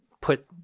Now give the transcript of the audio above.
put